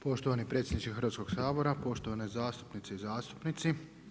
Poštovani predsjedniče Hrvatskog sabora, poštovane zastupnice i zastupnici.